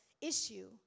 issue